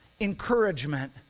encouragement